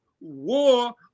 war